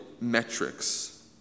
metrics